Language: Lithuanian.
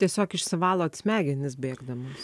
tiesiog išsivalot smegenis bėgdamas